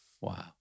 Wow